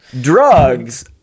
Drugs